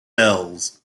bells